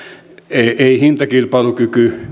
ei hintakilpailukyky